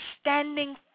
standing